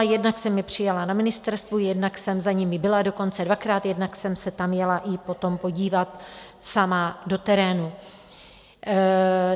Jednak jsem je přijala na ministerstvu, jednak jsem za nimi byla, dokonce dvakrát, jednak jsem se tam jela i potom podívat sama do terénu.